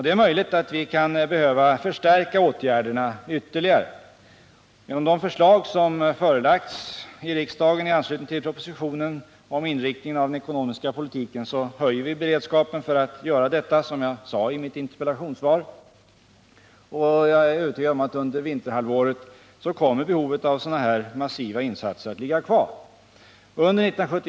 Det är möjligt att vi kan behöva förstärka åtgärderna ytterligare. Genom de förslag som förelagts riksdagen i anslutning till propositionen om inriktningen av den ekonomiska politiken höjer vi beredskapen i detta syfte, vilket jag också sade i mitt interpellationssvar. Jag är övertygad om att behovet av sådana massiva insatser kommer att finnas kvar under vinterhalvåret.